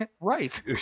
Right